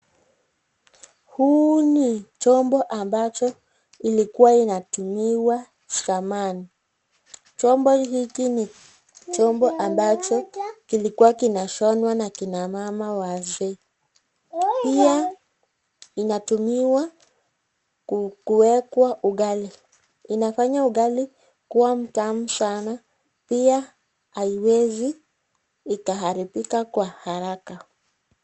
Huu ni chombo ambacho ilikuwa inatumiwa zamani. Chombo hiki ni chombo ambacho kilikuwa kinashonwa na kina mama wazee. Pia inatumiwa kuwekwa ugali. Inafanya ugali kuwa mtamu sana pia haiwezi haribika kwa haraka.